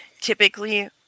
Typically